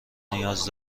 نیاز